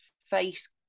face